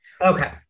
Okay